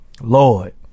lord